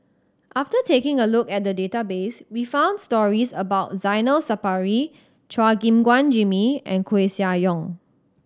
after taking a look at the database we found stories about Zainal Sapari Chua Gim Guan Jimmy and Koeh Sia Yong